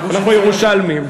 אנחנו ירושלמים.